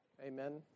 amen